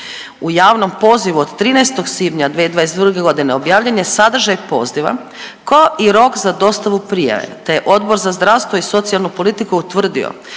U javnom pozivu od 13. svibnja 2022. godine objavljen je sadržaj poziva kao i rok za dostavu prijave te je Odbor za zdravstvo i socijalnu politiku utvrdio